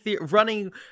running